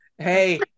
Hey